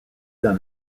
dans